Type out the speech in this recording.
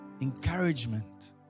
encouragement